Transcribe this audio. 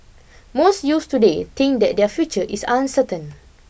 most youths today think that their future is uncertain